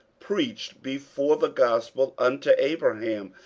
preached before the gospel unto abraham,